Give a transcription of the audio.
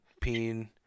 peen